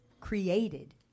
created